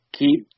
keep